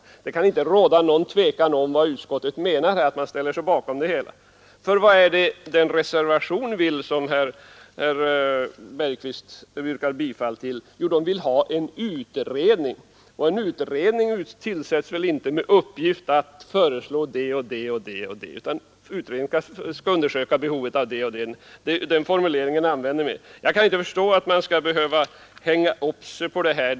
Det kan inte råda något tvivel om att utskottet menar att man ställer sig bakom det hela. För vad är det den reservation vill som herr Bergqvist yrkar bifall till? Jo, reservanterna vill ha en utredning, och en utredning tillsätts väl inte med uppgift att föreslå det och det, utan en utredning skall undersöka behovet av det och det — den formuleringen använder vi. Jag kan inte förstå att man skall behöva hänga upp sig på det här.